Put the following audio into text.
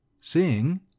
Sing